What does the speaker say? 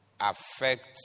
affect